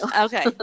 Okay